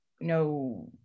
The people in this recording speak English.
no